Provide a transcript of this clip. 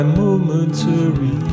momentary